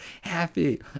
happy